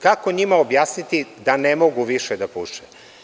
Kako njima objasniti da ne mogu više da puše?